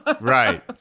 right